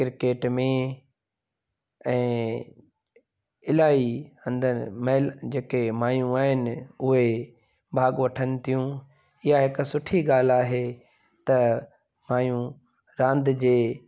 cricket में ऐं इलाही अंदरि महिल जेके माइयूं आहिनि उहे भाॻु वठनि थियूं उहा हिक सुठी ॻाल्हि आहे त माइयूं रांदि जे